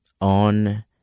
on